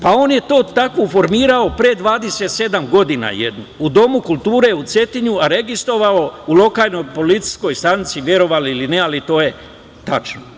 Pa, on je to tako formirao pre 27 godina u Domu kulture u Cetinju, a registrovao u lokalnoj policijskoj stanici, verovali ili ne, ali to je tačno.